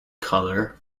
color